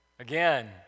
Again